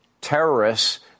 terrorists